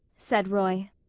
said roy.